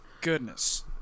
goodness